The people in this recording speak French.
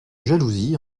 jalousie